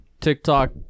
TikTok